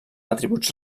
atributs